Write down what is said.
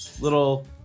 little